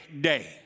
day